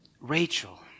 Rachel